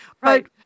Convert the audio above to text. Right